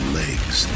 legs